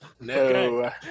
no